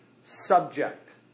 subject